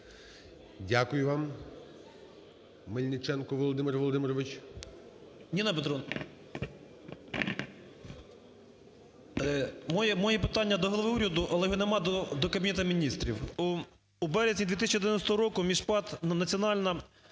Дякую вам. Мельниченко Володимир Володимирович.